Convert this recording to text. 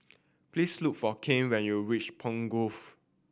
please look for Kane when you reach Pine Grove